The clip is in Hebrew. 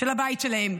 של הבית שלהם,